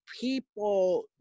people